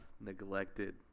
neglected